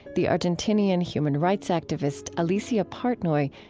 the argentinean human rights activist alicia partnoy,